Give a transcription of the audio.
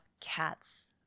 cats